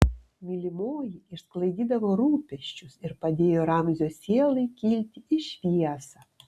mylimoji išsklaidydavo rūpesčius ir padėjo ramzio sielai kilti į šviesą